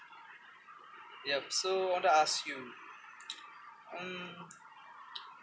yup so want to ask you mm